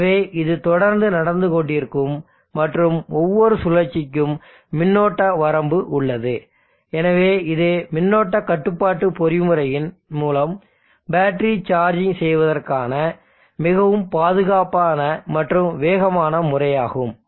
எனவே இது தொடர்ந்து நடந்து கொண்டிருக்கும் மற்றும் ஒவ்வொரு சுழற்சிக்கும் மின்னோட்ட வரம்பு உள்ளது எனவே இது மின்னோட்ட கட்டுப்பாட்டு பொறிமுறையின் மூலம் பேட்டரி சார்ஜிங் செய்வதற்கான மிகவும் பாதுகாப்பான மற்றும் வேகமான முறையாகும்